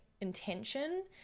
intention